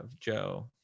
Joe